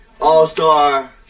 all-star